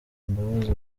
imbabazi